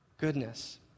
Goodness